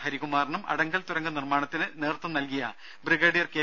ഹരികുമാറിനും അടൽ തുരങ്കം നിർമ്മാണത്തിന് നേതൃത്വം നൽകിയ ബ്രിഗേഡിയർ കെ